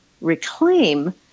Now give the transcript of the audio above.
reclaim